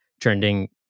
trending